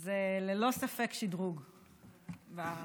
זה ללא ספק שדרוג במעמד.